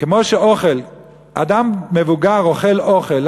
כמו שאוכל, אדם מבוגר אוכל אוכל.